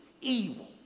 evil